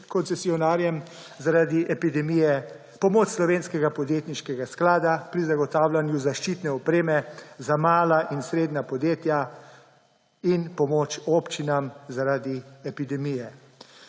koncesionarjem zaradi epidemije, pomoč slovenskega podjetniškega sklada pri zagotavljanju zaščitne opreme za mala in srednja podjetja in pomoč občinam zaradi epidemije.